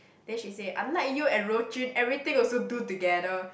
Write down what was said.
then she say unlike you and Rou-Jun everything also do together